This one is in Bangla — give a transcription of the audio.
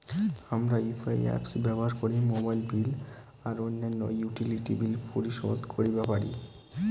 হামরা ইউ.পি.আই অ্যাপস ব্যবহার করি মোবাইল বিল আর অইন্যান্য ইউটিলিটি বিল পরিশোধ করিবা পারি